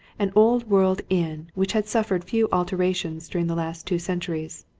an old-world inn which had suffered few alterations during the last two centuries.